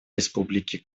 республики